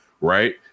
right